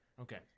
Okay